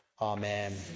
Amen